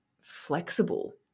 flexible